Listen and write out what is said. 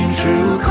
true